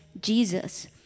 Jesus